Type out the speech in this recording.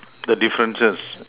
the differences